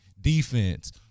defense